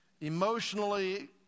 emotionally